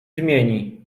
zmieni